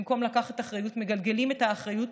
במקום לקחת אחריות מגלגלים את האחריות